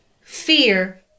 fear